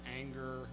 anger